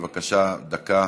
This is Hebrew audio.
בבקשה, דקה.